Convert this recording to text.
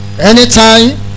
Anytime